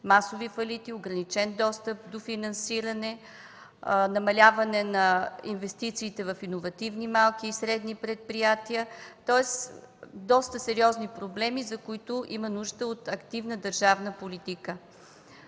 масови фалити, ограничен достъп до финансиране, намаляване на инвестициите в иновативни малки и средни предприятия, тоест доста сериозни проблеми, за които има нужда от активна държавна политика.